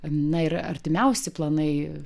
na ir artimiausi planai